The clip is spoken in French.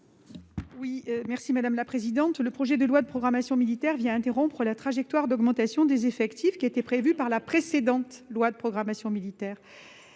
Oui merci madame la présidente. Le projet de loi de programmation militaire vient interrompre la trajectoire d'augmentation des effectifs qui était prévus par la précédente loi de programmation militaire.